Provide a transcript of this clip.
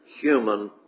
human